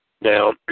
Now